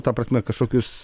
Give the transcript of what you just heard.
ta prasme kažkokius